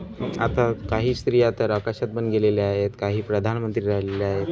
आता काही स्त्रिया तर आकाशात पण गेलेल्या आहेत काही प्रधानमंत्री राहिलेल्या आहेत